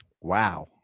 Wow